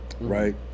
right